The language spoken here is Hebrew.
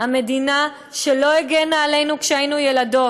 המדינה שלא הגנה עלינו כשהיינו ילדות,